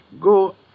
Go